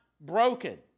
broken